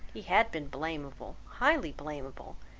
he had been blamable, highly blamable,